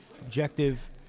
objective